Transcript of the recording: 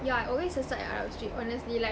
yeah I always sesat at arab street honestly like